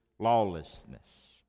Lawlessness